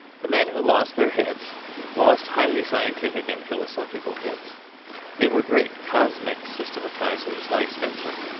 the men who lost their heads lost highly scientific and philosophical heads they were great cosmic systematisers like spencer,